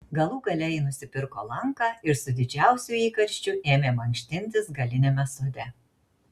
galų gale ji nusipirko lanką ir su didžiausiu įkarščiu ėmė mankštintis galiniame sode